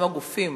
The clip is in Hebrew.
שהם הגופים